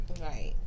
right